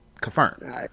Confirmed